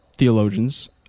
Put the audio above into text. theologians